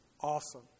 Awesome